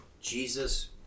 Jesus